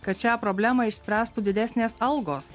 kad šią problemą išspręstų didesnės algos